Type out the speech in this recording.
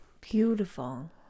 Beautiful